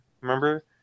Remember